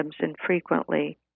infrequently